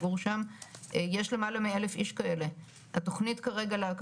יש פרויקט שכבר רץ, טל יכולה להרחיב על זה.